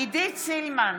עידית סילמן,